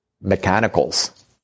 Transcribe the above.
mechanicals